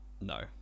No